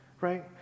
Right